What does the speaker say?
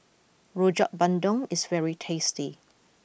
Rojak Bandung is very tasty